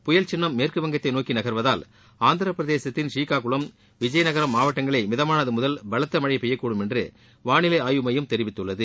புயல் சின்னம் மேற்கு வங்கத்தை நோக்கி நகர்வதால் ஆந்திரபிரதேசத்தின் பூீகாக்குளம் விஜயநகரம் மாவட்டங்களை மிதமானது முதல் பலத்த மழை பெய்யக்கூடும் என்று வானிலை ஆய்வு மையம் தெரிவித்துள்ளது